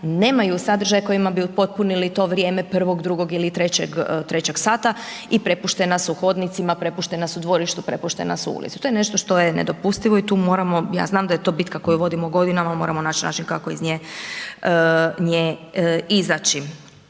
nemaju sadržaj kojima bi upotpunili to vrijeme prvog, drugog ili trećeg sata i prepuštena su hodnicima, prepuštena su dvorištu, prepuštena su ulici. To je nešto što je nedopustivo i tu moramo, ja znam da je to bitka koju vodimo godinama, moramo naći način kako iz nje izaći.